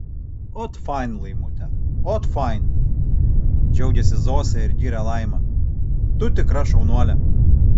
ot fain laimute ot fain džiaugiasi zosė ir giria laimą tu tikra šaunuolė